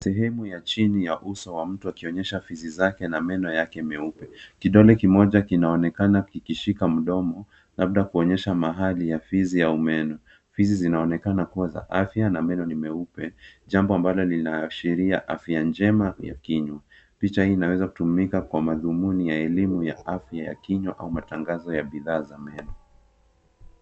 Sehemu ya chini ya uso wa mtu akionyesha fizi zake na meno yake meupe. Kidole kimoja kinaonekana kikishika mdomo labda kuonyesha mahali ya fizi au meno. Fizi zinaonekana kuwa za afya na meno ni meupe, jambo ambalo linaashiria afya njema ya kinywa. Picha hii inaweza kutumika kwa madhumuni ya elimu ya afya ya kinywa au matangazo ya bidhaa za meno.